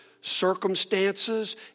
circumstances